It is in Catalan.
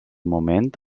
moment